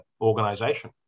organization